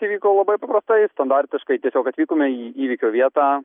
tai vyko labai paprastai standartiškai tiesiog atvykome į įvykio vietą